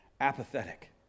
apathetic